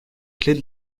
clefs